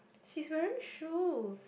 she's wearing shoes